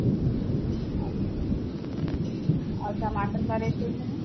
और टमाटर का रेट कैसे है